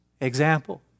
example